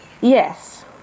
Yes